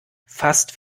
fast